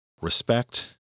Respect